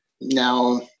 now